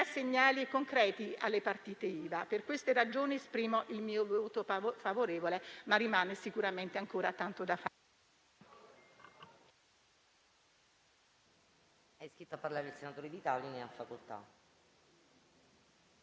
segnali concreti alle partite IVA. Per queste ragioni esprimo il mio favorevole, anche se rimane sicuramente ancora tanto da fare.